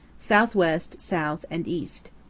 southwest, south, and east.